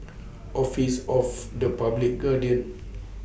Office of The Public Guardian